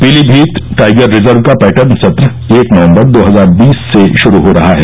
Pilibhit tiger reserve का pattern सत्र एक नवंबर दो हजार बीस से शुरू हो रहा है